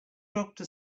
doctor